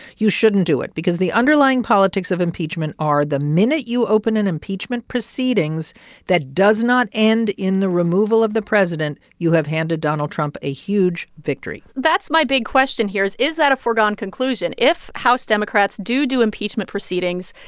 you shouldn't do it because the underlying politics of impeachment are the minute you open an impeachment proceedings that does not end in the removal of the president, you have handed donald trump a huge victory that's my big question here is, is that a foregone conclusion? if house democrats do do impeachment proceedings,